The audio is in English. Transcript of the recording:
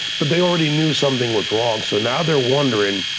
but they already knew something was wrong so now they're wondering,